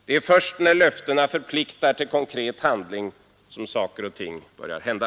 Det är först när löftena förpliktar till konkret handling som saker och ting börjar hända.